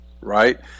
right